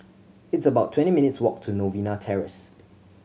it's about twenty minutes' walk to Novena Terrace